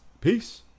Peace